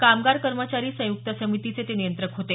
कामगार कर्मचारी संयुक्त समितीचे ते नियंत्रक होते